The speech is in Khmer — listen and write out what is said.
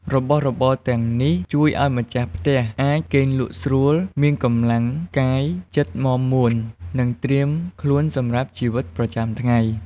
របស់របរទាំងនេះជួយឲ្យម្ចាស់ផ្ទះអាចគេងលក់ស្រួល មានកម្លាំងកាយចិត្តមាំមួន និងត្រៀមខ្លួនសម្រាប់ជីវិតប្រចាំថ្ងៃ។